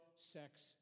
sex